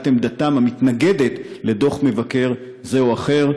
עמדתם המתנגדת לדוח מבקר זה או אחר.